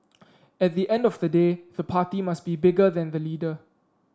at the end of the day the party must be bigger than the leader